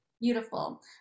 beautiful